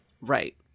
Right